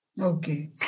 Okay